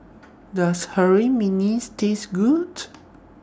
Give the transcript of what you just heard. Does Harum Manis Taste Good